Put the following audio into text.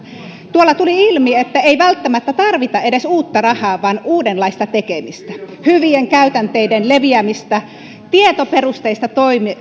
tuolla tuli ilmi että ei välttämättä tarvita edes uutta rahaa vaan uudenlaista tekemistä hyvien käytänteiden leviämistä tietoperusteista